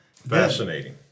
Fascinating